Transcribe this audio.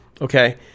okay